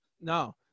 No